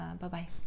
Bye-bye